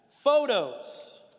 photos